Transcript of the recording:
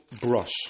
brush